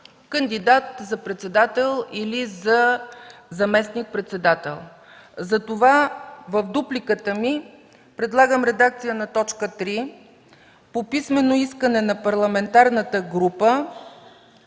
кандидат за председател или за заместник-председател”. Затова в дупликата ми предлагам редакция на т. 3: „по писмено искане на парламентарната група,